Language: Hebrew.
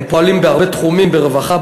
הם פועלים בהרבה תחומים: רווחה,